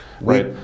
Right